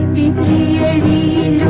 ea